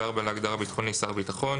ו-(4) להגדרה "גוף ביטחוני" שר הביטחון,